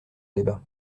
débat